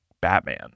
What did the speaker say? Batman